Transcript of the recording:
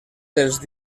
dels